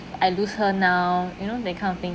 I lose her now you know that kind of thing